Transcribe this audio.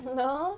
no